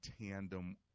tandem